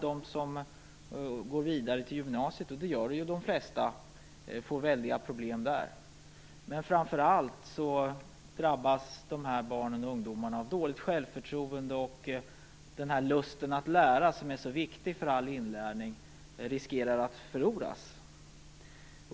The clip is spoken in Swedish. De som går vidare till gymnasiet, vilket de flesta gör, får väldiga problem. Men framför allt drabbas dessa barn och ungdomar av dåligt självförtroende, och lusten att lära, som är så viktig för all inlärning, riskerar att gå förlorad.